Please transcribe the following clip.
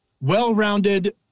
well-rounded